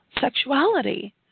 sexuality